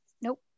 nope